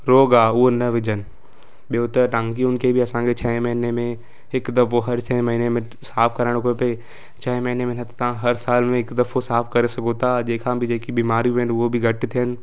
रोॻु आहे उहो न विझनि ॿियो त टांकियुनि खे बि असांखे छह महीने में हिकु दफ़ो हर छह महीने में साफ़ करणु खपे छह महीने में तव्हां हर साल में हिकु दफ़ो साफ़ करे सघूं था जेका बि जेकी बीमारियूं आहिनि उहे बि घटि थियनि